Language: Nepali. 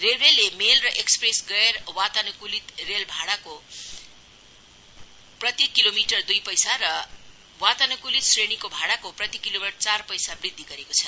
रेल्वेले मेल र एक्सप्रेस गैर वातानुकूलित रेलगाडीको भाडामा प्रति किलोमिटर दुई पैसा र वातानुकूलित श्रेणीको भाडामा प्रतिकिलोमिटर चार पैसा वृद्धि गरेको छ